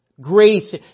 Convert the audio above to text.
Grace